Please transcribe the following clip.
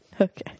Okay